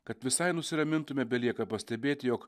kad visai nusiramintume belieka pastebėti jog